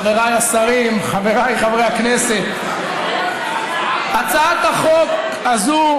חבריי השרים, חבריי חברי הכנסת, הצעת החוק הזו,